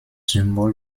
symbol